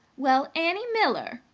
well, annie miller!